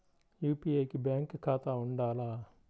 UPI కి bank ఖాతా ఉండాల?